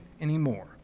anymore